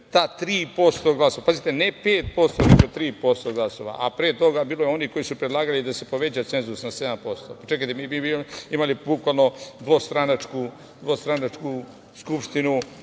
ta 3% glasova. Pazite, ne 5%, nego 3% glasova, a pre toga bilo je onih koji su predlagali da se poveća cenzus na 7%. Čekajte, mi bi imali bukvalno dvostranačku Skupštinu,